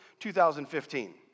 2015